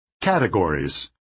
Categories